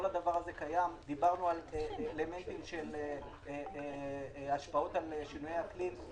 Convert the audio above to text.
דיברנו על אלמנטים של השפעות על שינויי האקלים.